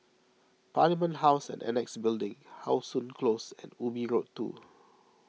Parliament House and Annexe Building How Sun Close and Ubi Road two